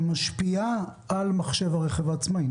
שמשפיעה על מחשב הרכב העצמאי,